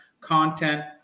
content